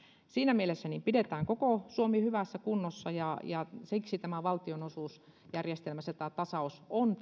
siinä mielessä pidetään koko suomi hyvässä kunnossa ja ja siksi valtionosuusjärjestelmässä tämä tasaus on